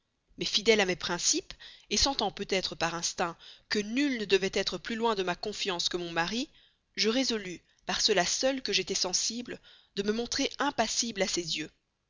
mais fidèle à mes principes sentant peut-être par instinct que nul ne devait être plus loin de ma confiance que mon mari je résolus par cela seul que j'étais sensible de me montrer impassible à ses yeux